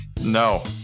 No